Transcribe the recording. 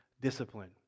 discipline